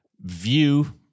view